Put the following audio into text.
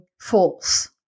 false